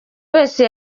wese